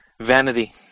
Vanity